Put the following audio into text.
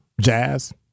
jazz